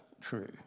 true